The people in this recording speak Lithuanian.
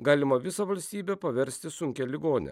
galima visą valstybę paversti sunkia ligone